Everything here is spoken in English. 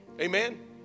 amen